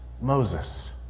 Moses